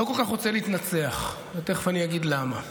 כל כך רוצה להתנצח, ותכף אני אגיד למה.